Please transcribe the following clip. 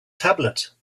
tablet